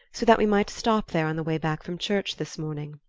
so that we might stop there on the way back from church this morning.